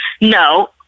no